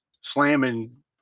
slamming